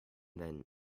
then